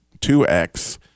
2X